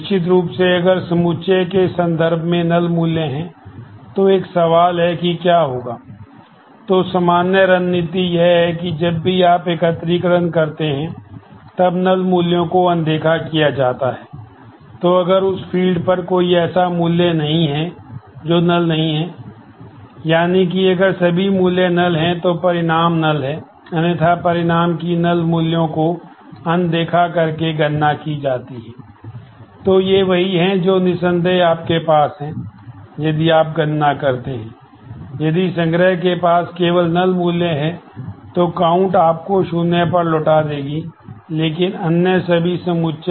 निश्चित रूप से अगर समुच्चय के संदर्भ में नल वापस कर देंगे